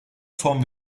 son